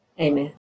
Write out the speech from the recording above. Amen